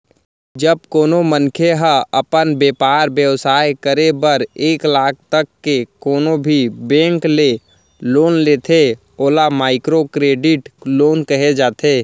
जब कोनो मनखे ह अपन बेपार बेवसाय करे बर एक लाख तक के कोनो भी बेंक ले लोन लेथे ओला माइक्रो करेडिट लोन कहे जाथे